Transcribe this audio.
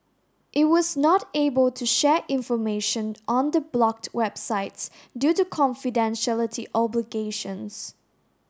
it was not able to share information on the blocked websites due to confidentiality obligations